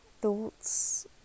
thoughts